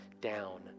down